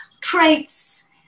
traits